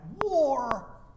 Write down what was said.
war